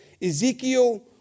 Ezekiel